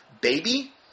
baby